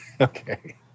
Okay